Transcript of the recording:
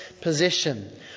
position